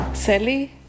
Sally